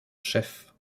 chef